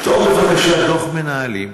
כתוב בבקשה דוח מנהלים,